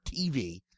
TV